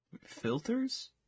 Filters